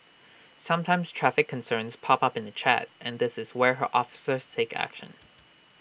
sometimes traffic concerns pop up in the chat and this is where her officers take action